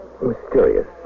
mysterious